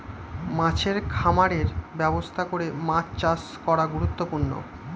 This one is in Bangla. মাছের খামারের ব্যবস্থা করে মাছ চাষ করা গুরুত্বপূর্ণ